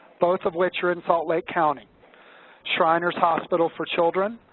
both of which are in salt lake county shriner's hospital for children,